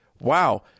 Wow